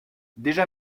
déjà